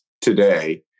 today